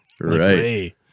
Right